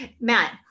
Matt